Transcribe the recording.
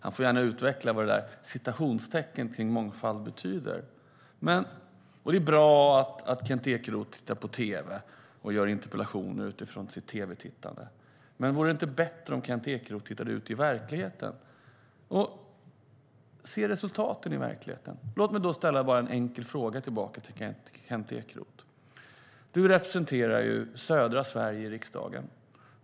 Han får gärna utveckla vad de där citationstecknen betyder. Det är bra att Kent Ekeroth tittar på tv och gör interpellationer utifrån sitt tv-tittande. Men vore det inte bättre om Kent Ekeroth tittade ut i verkligheten och såg resultaten? Låt mig ställa ett par enkla frågor tillbaka till Kent Ekeroth. Du representerar södra Sverige i riksdagen.